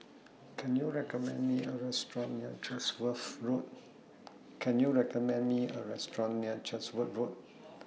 Can YOU recommend Me A Restaurant near Chatsworth Road Can YOU recommend Me A Restaurant near Chatsworth Road